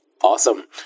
Awesome